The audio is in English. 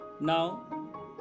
Now